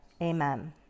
Amen